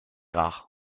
rare